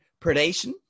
predation